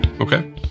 Okay